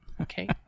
okay